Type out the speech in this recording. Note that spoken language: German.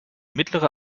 mittlere